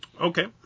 Okay